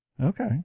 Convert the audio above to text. Okay